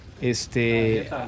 este